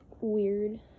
weird